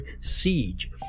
Siege